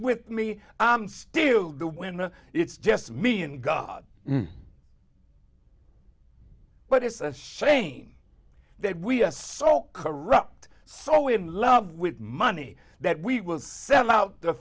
with me i'm still the winner it's just me and god but it's a shame that we are so corrupt so in love with money that we will sell out the